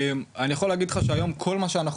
אני יכול להגיד לך שהיום כל מה שאנחנו